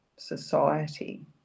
society